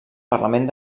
parlament